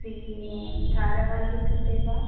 C धारवाहिकृते वा